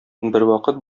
бервакыт